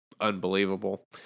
unbelievable